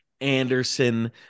Anderson